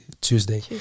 Tuesday